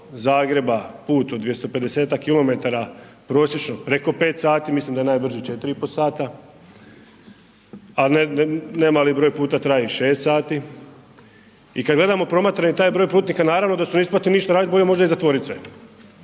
Zagreba, put od 250-tak km prosječno preko 5 sati, mislim da je najbrže 4,5 sata, a nemali broj puta traje i 6 sati i kad gledamo promatrani taj broj putnika, naravno da se ne plati ništa radit, bolje možda i zatvorit sve,